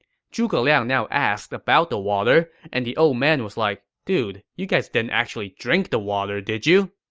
zhuge liang now asked about the water, and the old man was like, dude, you guys didn't actually drink the water, did you?